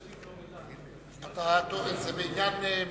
זה בעניין משרדך,